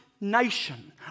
nation